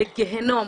לגיהינום.